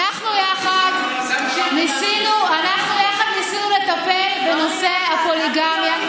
אנחנו ניסינו יחד לטפל בנושא הפוליגמיה.